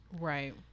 right